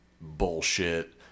bullshit